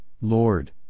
Lord